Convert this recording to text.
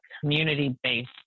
community-based